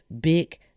big